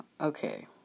Okay